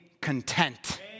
content